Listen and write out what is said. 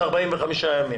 זה 45 ימים.